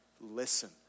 Listen